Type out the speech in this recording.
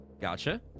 Gotcha